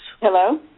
Hello